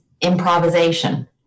improvisation